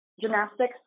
gymnastics